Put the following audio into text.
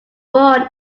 born